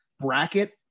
bracket